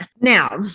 now